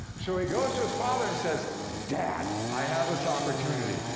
so he goes to his father and says, dad, i have this opportunity.